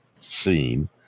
scene